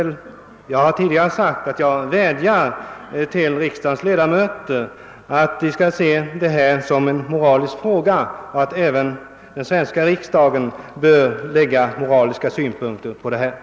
Jag har tidigare vädjat till riksdagens ledamöter att se detta som en moralisk fråga. Den svenska riksdagen bör anlägga även moraliska synpunkter på detta fall.